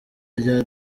rya